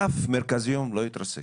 אף מרכז יום לא יתרסק.